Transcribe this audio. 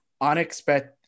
unexpected